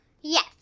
Yes